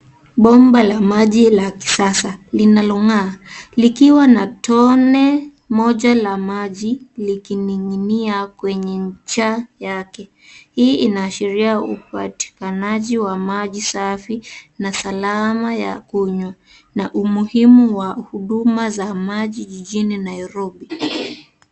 Bomba la maji la kisasa linalong'aa likiwa na tone moja la maji likining'inia kwenye ncha yake. Hii inaashiria upatikanaji wa maji safi na salama ya kunywa na umuhimu wa huduma za maji jijini Nairobi.